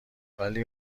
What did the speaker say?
ولی